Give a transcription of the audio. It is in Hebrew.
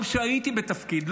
גם כשהייתי בתפקיד,